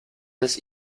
des